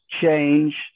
change